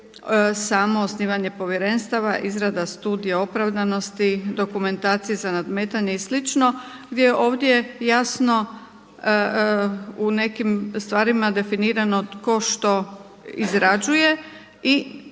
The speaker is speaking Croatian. samo osnivanje povjerenstava, izrada Studija opravdanosti, dokumentacije za nadmetanje i slično, gdje ovdje jasno u nekim stvarima definirano tko što izrađuje.